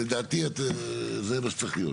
לדעתי, זה מה שצריך להיות.